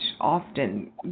often